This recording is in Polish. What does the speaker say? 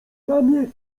mamie